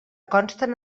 consten